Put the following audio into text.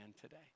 today